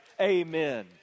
Amen